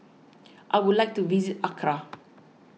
I would like to visit Accra